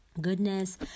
goodness